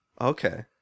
Okay